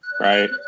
right